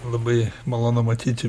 labai malonu matyti